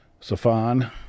Safan